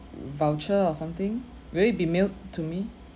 voucher or something will it be mailed to me